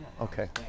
Okay